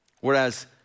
Whereas